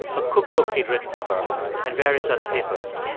a cookbook he'd written for her and various other papers.